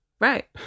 Right